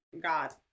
God